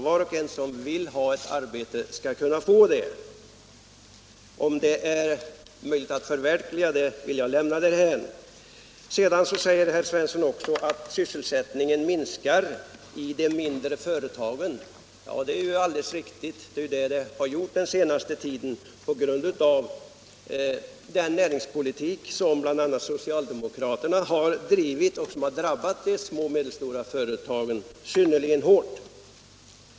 Var och en som vill ha ett arbete skall alltså kunna få det. Vidare säger herr Svensson att sysselsättningen minskar i de mindre företagen. Ja, det är alldeles riktigt. Det är vad som har skett under den senaste tiden, bl.a. på grund av den näringspolitik som socialdemokraterna har drivit och som har drabbat de små och medelstora företagen synnerligen hårt.